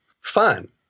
fun